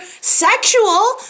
sexual